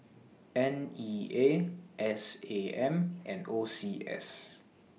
N E A S A M and O C S